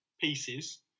pieces